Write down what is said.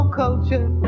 culture